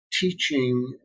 teaching